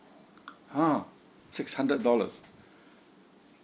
!huh! six hundred dollars